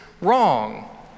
wrong